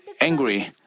angry